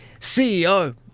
CEO